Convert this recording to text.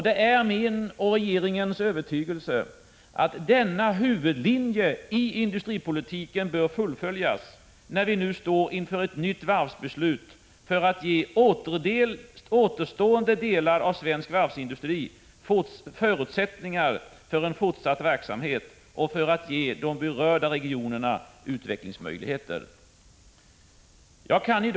Det är min och regeringens övertygelse att denna huvudlinje i industripolitiken bör fullföljas, när vi nu står inför ett nytt varvsbeslut för att ge återstående delar av svensk varvsindustri förutsättningar för en fortsatt verksamhet och för att ge de berörda regionerna utvecklingsmöjligheter. Fru talman!